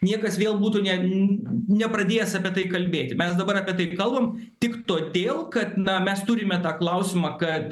niekas vėl būtų ne nepradėjęs apie tai kalbėti mes dabar apie tai kalbam tik todėl kad na mes turime tą klausimą kad